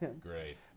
great